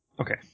Okay